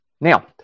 Now